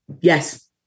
Yes